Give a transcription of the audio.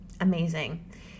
Amazing